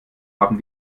haben